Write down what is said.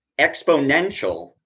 exponential